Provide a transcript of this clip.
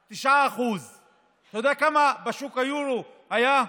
9%. אתה יודע כמה בשוק האירו היא הייתה?